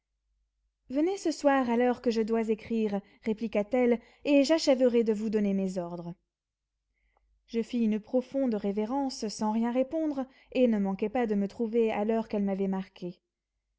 venez ce soir à l'heure que je dois écrire répliqua-t-elle et j'achèverai de vous donner mes ordres je fis une profonde révérence sans rien répondre et ne manquai pas de me trouver à l'heure qu'elle m'avait marquée